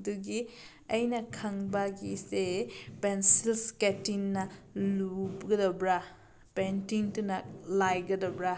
ꯑꯗꯨꯒꯤ ꯑꯩꯅ ꯈꯪꯕꯒꯤꯁꯦ ꯄꯦꯅꯁꯤꯜ ꯏꯁꯀꯦꯠꯇꯤꯡꯅ ꯂꯨꯒꯗꯕ꯭ꯔꯥ ꯄꯦꯅꯇꯤꯡꯗꯨꯅ ꯂꯥꯏꯒꯗꯕ꯭ꯔꯥ